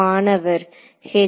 மாணவர் Hm